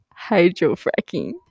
hydrofracking